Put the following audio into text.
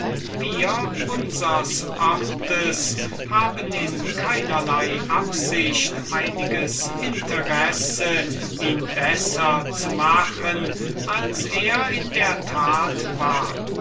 wir unsers orts haben in keinerlei absicht einiges interesse ihn besser zu machen als er in der tat war